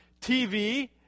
TV